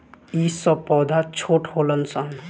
ई सब पौधा छोट होलन सन